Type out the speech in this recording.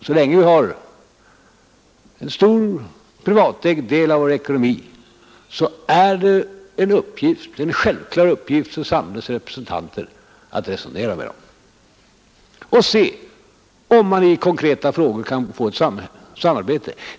Så länge vi har en stor privatägd del av vår ekonomi, är det en självklar uppgift för samhällets representanter att resonera med dess företrädare och se om man i konkreta frågor kan få ett samarbete.